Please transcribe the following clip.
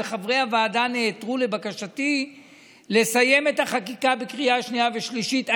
וחברי הוועדה נעתרו לבקשתי לסיים את החקיקה בקריאה שנייה ושלישית היום.